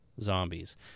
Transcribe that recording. zombies